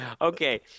Okay